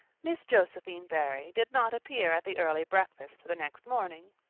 miss josephine barry did not appear at the early breakfast the next morning.